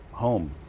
home